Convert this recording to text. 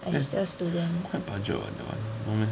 that's quite budget [what] that one no meh